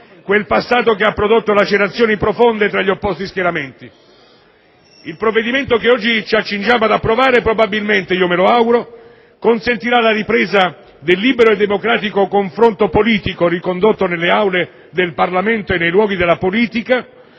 quel passato che ha prodotto lacerazioni profonde tra gli opposti schieramenti. Il provvedimento che oggi ci accingiamo ad approvare probabilmente - me lo auguro - consentirà la ripresa del libero e democratico confronto politico, ricondotto nelle Aule del Parlamento e nei luoghi della politica,